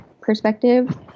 perspective